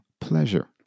pleasure